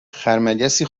خرمگسی